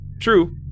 True